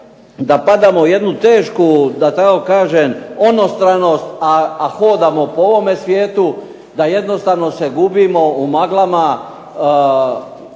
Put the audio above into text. da padamo u jednu tešku da tako kažem onostranost a hodamo po ovome svijetu, da se jednostavno gubimo u maglama,